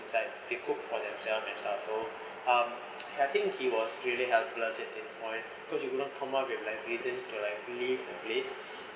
it's like they cook for themselves and stuff so um I think he was really helpless at that point cause you couldn't come up with like reasons to like leave the place